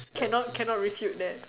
cannot cannot refute then